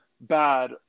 bad